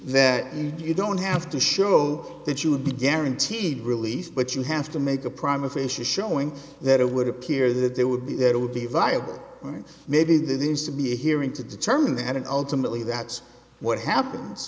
that you don't have to show that you would be guaranteed release but you have to make a promise facia showing that it will appear that they would be that would be viable and maybe there is to be a hearing to determine the end and ultimately that's what happens